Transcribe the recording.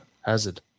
Hazard